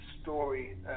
story